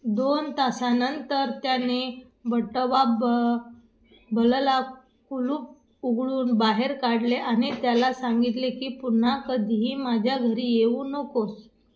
दोन तासानंतर त्याने बट्टवाबबलला कुलूप उघडून बाहेर काढले आणि त्याला सांगितले की पुन्हा कधीही माझ्या घरी येऊ नकोस